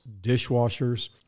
dishwashers